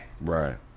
Right